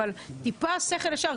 אבל טיפה שכל ישר.